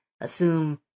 assume